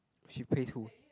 she plays who